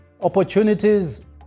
Opportunities